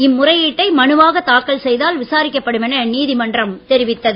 இம்முறையீட்டை மனுவாக தாக்கல் செய்தால் விசாரிக்கப்படும் என நீதிமன்றம் தெரிவித்தது